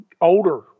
older